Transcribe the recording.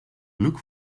look